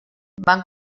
van